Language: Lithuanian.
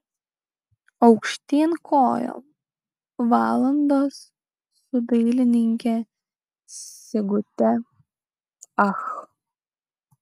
aukštyn kojom valandos su dailininke sigute ach